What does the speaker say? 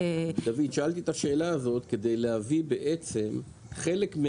שאלתי את השאלה הזאת כי חלק מהבעיה,